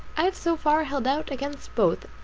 i have so far held out against both,